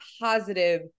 positive